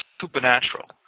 supernatural